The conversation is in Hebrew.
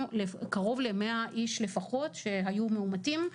קרוב ל-100 איש לפחות שהיו מאומתים,